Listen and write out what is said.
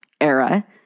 era